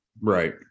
right